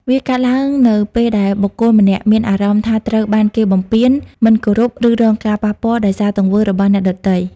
វាកើតឡើងនៅពេលដែលបុគ្គលម្នាក់មានអារម្មណ៍ថាត្រូវបានគេបំពាន មិនគោរព ឬរងការប៉ះពាល់ដោយសារទង្វើរបស់អ្នកដទៃ។